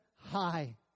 high